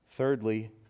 Thirdly